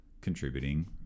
contributing